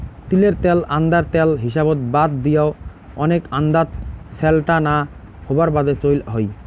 তিলের ত্যাল আন্দার ত্যাল হিসাবত বাদ দিয়াও, ওনেক আন্দাত স্যালটা না হবার বাদে চইল হই